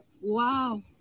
Wow